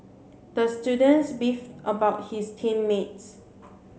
the student beefed about his team mates